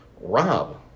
Rob